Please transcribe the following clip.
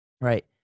Right